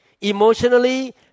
emotionally